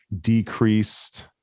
decreased